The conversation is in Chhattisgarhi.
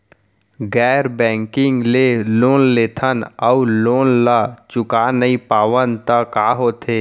गैर बैंकिंग ले लोन लेथन अऊ लोन ल चुका नहीं पावन त का होथे?